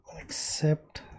accept